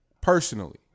Personally